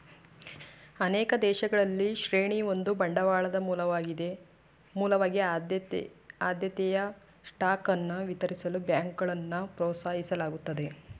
ಅನೇಕ ದೇಶಗಳಲ್ಲಿ ಶ್ರೇಣಿ ಒಂದು ಬಂಡವಾಳದ ಮೂಲವಾಗಿ ಆದ್ಯತೆಯ ಸ್ಟಾಕ್ ಅನ್ನ ವಿತರಿಸಲು ಬ್ಯಾಂಕ್ಗಳನ್ನ ಪ್ರೋತ್ಸಾಹಿಸಲಾಗುತ್ತದೆ